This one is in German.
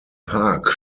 park